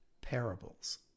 parables